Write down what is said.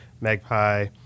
Magpie